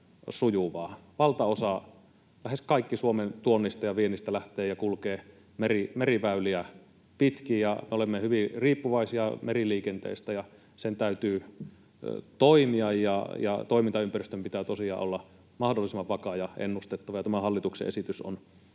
Valtaosa, lähes kaikki, Suomen tuonnista ja viennistä lähtee ja kulkee meriväyliä pitkin. Me olemme hyvin riippuvaisia meriliikenteestä, sen täytyy toimia, ja toimintaympäristön pitää tosiaan olla mahdollisimman vakaa ja ennustettava. Tämä hallituksen esitys on hyvin